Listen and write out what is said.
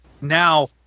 now